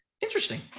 Interesting